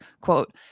quote